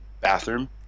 bathroom